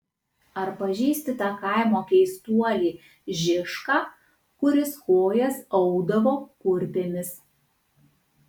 ar pažįsti tą kaimo keistuolį žišką kuris kojas audavo kurpėmis